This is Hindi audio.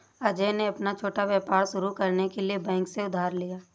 अजय ने अपना छोटा व्यापार शुरू करने के लिए बैंक से उधार लिया